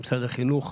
שמשרד החינוך